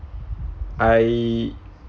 I